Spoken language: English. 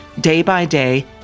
day-by-day